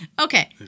Okay